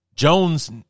Jones